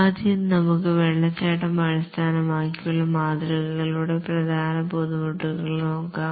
ആദ്യം നമുക്ക് വാട്ടർഫാൾ അടിസ്ഥാനമാക്കിയുള്ള മാതൃകകളുടെ പ്രധാന ബുദ്ധിമുട്ടുകൾ നോക്കാം